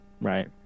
Right